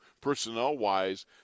personnel-wise